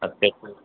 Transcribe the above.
अच्छे अच्छे